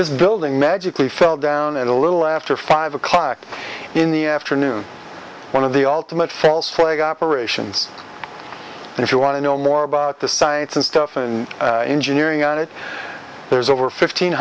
this building magically fell down at a little after five o'clock in the afternoon one of the ultimate false flag operations and if you want to know more about the science and stuff and engineering on it there's over fifteen